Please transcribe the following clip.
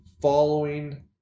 following